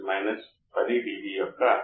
ఇప్పుడు మరొక ఉదాహరణను చూద్దాం